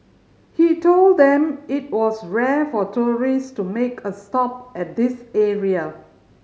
he told them it was rare for tourist to make a stop at this area